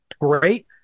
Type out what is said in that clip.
great